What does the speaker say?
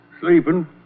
Sleeping